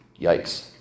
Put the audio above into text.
Yikes